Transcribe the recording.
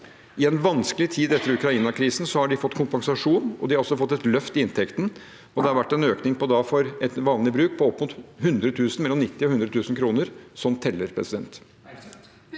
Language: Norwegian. I en vanskelig tid etter Ukraina-krisen har de fått kompensasjon, og de har også fått et løft i inntekten. Det har da vært en økning for et vanlig bruk på mellom 90 000 kr og 100 000 kr. Sånt teller. Kirsti